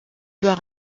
doit